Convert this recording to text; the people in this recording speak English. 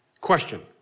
Question